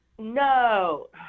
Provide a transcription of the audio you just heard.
No